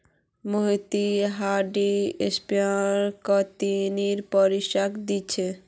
Mohit hydroponics तकनीकेर प्रशिक्षण दी छे